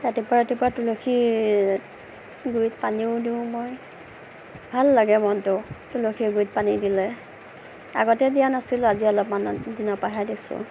ৰাতিপুৱা ৰাতিপুৱা তুলসীৰ গুৰিত পানীও দিওঁ মই ভাল লাগে মনটো তুলসীৰ গুৰিত পানী দিলে আগতে দিয়া নাছিলোঁ আজি অলপমান দিনৰ পৰাহে দিছোঁ